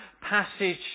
passage